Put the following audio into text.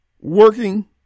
working